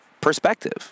perspective